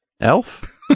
Elf